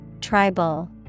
Tribal